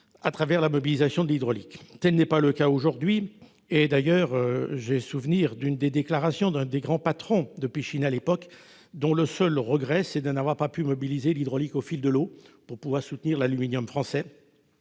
à travers la mobilisation de l'hydraulique. Tel n'est pas le cas aujourd'hui. J'ai souvenir d'une déclaration d'un des grands patrons de Péchiney dont le seul regret, à l'époque, était de n'avoir pu mobiliser l'hydraulique au fil de l'eau pour pouvoir soutenir l'aluminium français.